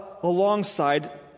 alongside